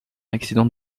accident